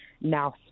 now